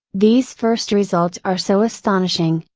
these first results are so astonishing,